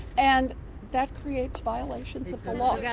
and that creates violations of the law.